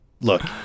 Look